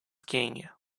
skiing